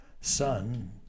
son